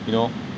you know